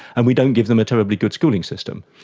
and we don't give them a terribly good schooling system.